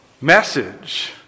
message